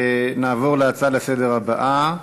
נעבור להצעה הבאה לסדר-היום,